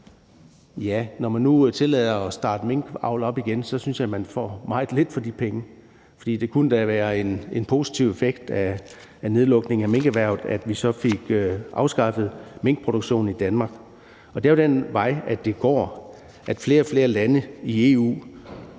Ja, når man nu tillader at starte minkavl op igen, synes jeg, at man får meget lidt for de penge, for det kunne da være en positiv effekt af nedlukningen af minkerhvervet, at vi så fik afskaffet minkproduktionen i Danmark. Det er jo den vej, det går, nemlig at flere og flere lande i EU,